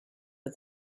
for